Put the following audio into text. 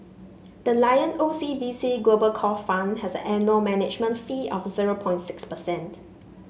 the Lion O C B C Global Core Fund has an annual management fee of zero point six percent